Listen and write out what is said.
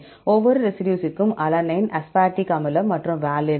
ஒவ்வொரு ரெசிடியூற்கும் alanine aspartic அமிலம் மற்றும் வாலின்